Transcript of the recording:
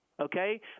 Okay